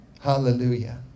Hallelujah